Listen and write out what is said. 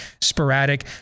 sporadic